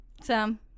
Sam